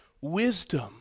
wisdom